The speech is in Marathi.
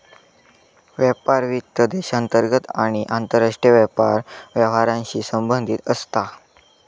व्यापार वित्त देशांतर्गत आणि आंतरराष्ट्रीय व्यापार व्यवहारांशी संबंधित असता